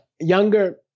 younger